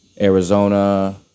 Arizona